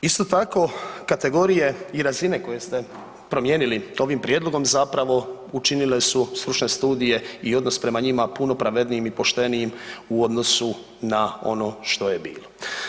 Isto tako, kategorije i razine koje ste promijenili ovim prijedlogom zapravo učinile su stručne studije i odnos prema njima puno pravednijim i poštenijim u odnosu na ono što je bilo.